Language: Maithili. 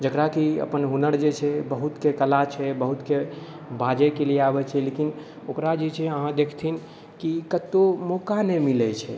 जेकरा की अपन हुनर जे छै बहुतके कला छै बहुतके बाजैके लिए आबै छै लेकिन ओकरा जे छै अहाँ देखथिन की कतौ मौका नहि मिलै छै